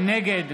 נגד